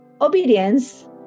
obedience